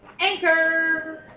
Anchor